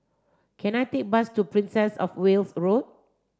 can I take a bus to Princess Of Wales Road